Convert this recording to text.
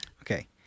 Okay